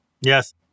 Yes